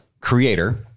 creator